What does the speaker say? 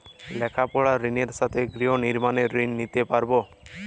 লেখাপড়ার ঋণের সাথে গৃহ নির্মাণের ঋণ নিতে পারব?